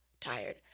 tired